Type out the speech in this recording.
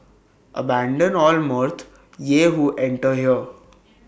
abandon all mirth ye who enter here